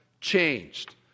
changed